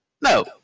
No